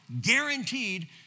guaranteed